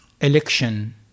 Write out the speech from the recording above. election